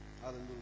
Hallelujah